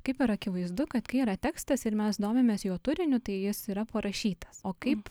kaip ir akivaizdu kad kai yra tekstas ir mes domimės jo turiniu tai jis yra porašytas o